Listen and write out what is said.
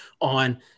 on